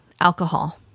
alcohol